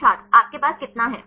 छात्र आपके पास कितना है